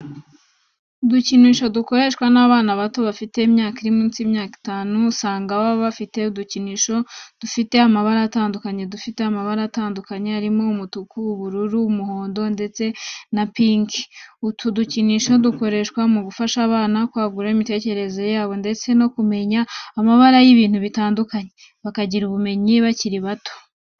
Udukinisho dukoreshwa n'abana bato bafite imyaka iri munsi y'itanu, usanga baba bafite udukinisho dufite amabara atandukanye dufite amabara atandukanye arimo umutuku, ubururu, umuhondo, ndetse na pinki. Utu dukinisho dukoreshwa mugufasha abana kwagura imitekerereze yabo ndetse no kumenya amabara y'ibintu atandukanye, bakagira ubu bumenyi bakiri bato.